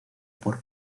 por